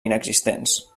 inexistents